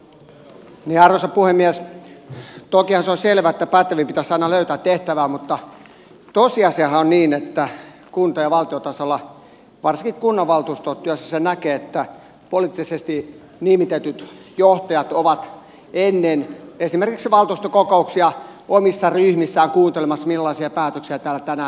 tokihan se on selvää että pätevin pitäisi aina löytää tehtävään mutta tosiasiahan on niin että kunta ja valtiotasolla varsinkin kunnanvaltuuston työssä sen näkee että poliittisesti nimitetyt johtajat ovat esimerkiksi ennen valtuuston kokouksia omissa ryhmissään kuuntelemassa millaisia päätöksiä täällä tänään tehdään